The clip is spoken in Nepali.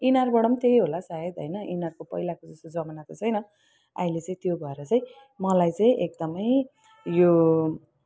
इनारबाट पनि त्यही होला सायद होइन इनारको पहिलाको जस्तो जमाना छैन अहिले चाहिँ त्यो भएर चाहिँ मलाई चाहिँ एकदमै यो